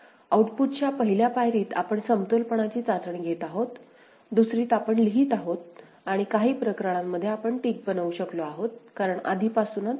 आउटपुटची पहिल्या पायरीत आपण समतोलपणाची चाचणी घेत आहोत दुसरीत आपण लिहित आहोत आणि काही प्रकरणांमध्ये आपण टिक बनवू शकलो आहोत कारण आधीपासूनच समानता आहे